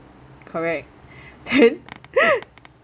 correct then